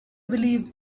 believe